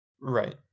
Right